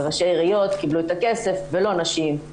וראשי עיריות קיבלו את הכסף ולא נשים.